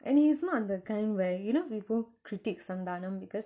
and he's not the kind where you know people critique santhanam because